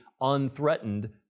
unthreatened